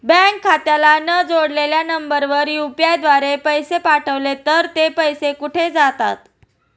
Bank खात्याला न जोडलेल्या नंबरवर यु.पी.आय द्वारे पैसे पाठवले तर ते पैसे कुठे जातात?